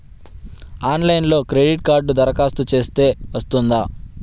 ఆన్లైన్లో క్రెడిట్ కార్డ్కి దరఖాస్తు చేస్తే వస్తుందా?